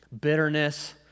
bitterness